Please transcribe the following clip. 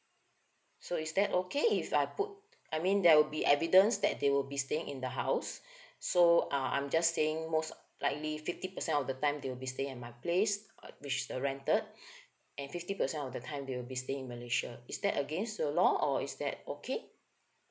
so is that okay if I put I mean there will be evidence that they will be staying in the house so uh I'm just saying most likely fifty percent of the time they will be staying at my place which is the rented and fifty percent of the time they will be staying in malaysia is that against the law or is that okay